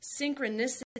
synchronicity